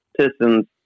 Pistons